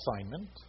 assignment